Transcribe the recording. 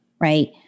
right